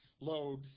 load